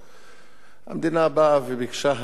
המדינה באה וביקשה הנחות למיניהן,